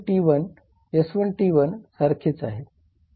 S2 T1 हे S1 T1 सारखेच आहे